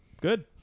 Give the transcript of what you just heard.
Good